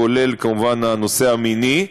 כולל כמובן הנושא המיני,